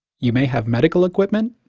you may have medical equipment,